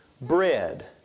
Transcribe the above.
bread